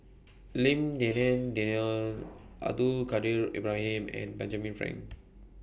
Lim Denan Denon Abdul Kadir Ibrahim and Benjamin Frank